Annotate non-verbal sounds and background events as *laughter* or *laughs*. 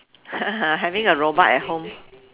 *laughs* having a robot at home